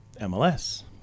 MLS